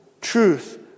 truth